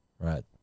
Right